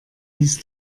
ließ